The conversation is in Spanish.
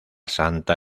santa